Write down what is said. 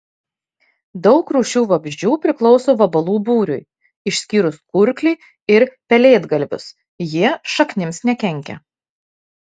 daug rūšių vabzdžių priklauso vabalų būriui išskyrus kurklį ir pelėdgalvius jie šaknims nekenkia